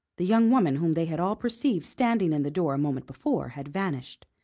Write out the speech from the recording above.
the young woman whom they had all perceived standing in the door a moment before had vanished,